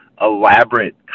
elaborate